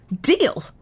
Deal